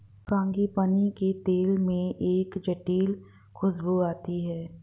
frangipani के तेल में एक जटिल खूशबू आती है